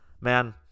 man